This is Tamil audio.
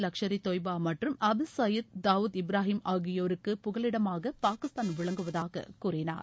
லஷ்கர் ஏ தொய்பா மற்றும் ஹபீஸ் சையீத் தாவூத் இப்ராஹிம் ஆகியோருக்கு புகலிடமாக பாகிஸ்தான் விளங்குவதாக கூறினார்